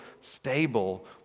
stable